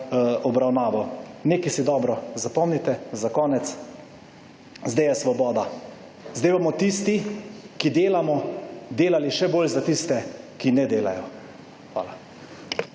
obravnavo. Nekaj si dobro zapomnite za konec. Zdaj je svoboda, zdaj bomo tisti, ki delamo, delali še bolj za tiste, ki ne delajo. Hvala.